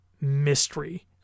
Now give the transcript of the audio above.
mystery